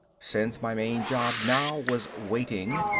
since my main job now was waiting,